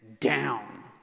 down